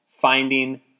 finding